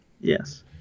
Yes